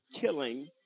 killing